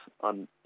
on